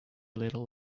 little